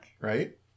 Right